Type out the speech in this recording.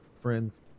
friends